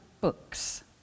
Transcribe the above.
books